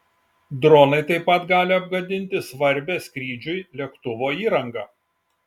dronai taip pat gali apgadinti svarbią skrydžiui lėktuvo įrangą